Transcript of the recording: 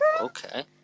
Okay